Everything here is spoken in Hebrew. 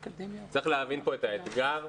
צריך להבין פה את האתגר.